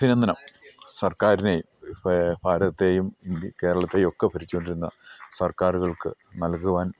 അഭിനന്ദനം സർക്കാരിനേം ഇപ്പം ഭാരതത്തെയും കേരളത്തെയൊക്കെ ഭരിച്ചുകൊണ്ടിരുന്ന സർക്കാറുകൾക്ക് നൽകുവാൻ